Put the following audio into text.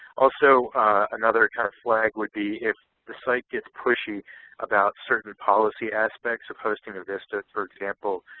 also another kind of flag would be if the site gets pushy about certain policy aspects of hosting a vista, for example,